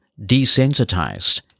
desensitized